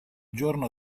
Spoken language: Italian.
giorno